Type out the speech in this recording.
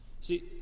See